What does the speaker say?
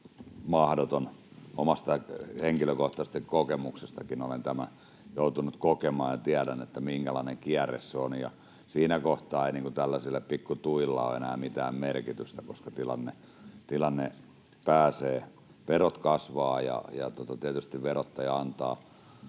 Omasta henkilökohtaisesta kokemuksestanikin olen tämän joutunut kokemaan, ja tiedän, minkälainen kierre se on. Siinä kohtaa ei tällaisilla pikkutuilla ole enää mitään merkitystä, koska tilanne pääsee... Verot kasvavat. Tietysti verottaja antaa